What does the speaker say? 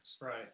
Right